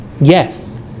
yes